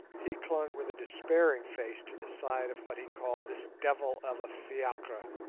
he clung with a despairing face to the side of what he called this devil of a fiacre,